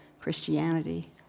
Christianity